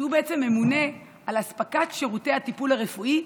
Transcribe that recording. שהוא ממונה על אספקת שירותי הטיפול הרפואי,